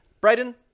Brayden